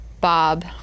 Bob